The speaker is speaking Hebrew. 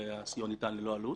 הסיוע ניתן ללא עלות.